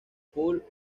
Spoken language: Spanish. pol